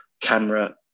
camera